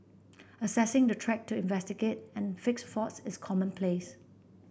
accessing the track to investigate and fix faults is commonplace